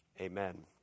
amen